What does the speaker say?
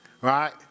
Right